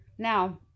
Now